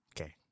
Okay